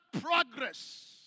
progress